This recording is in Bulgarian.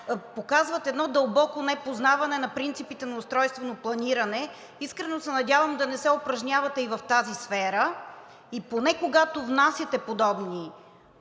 показват едно дълбоко непознаване на принципите на устройствено планиране. Искрено се надявам да не се упражнявате и в тази сфера, и поне, когато внасяте подобни